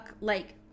like-